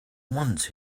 once